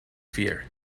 fear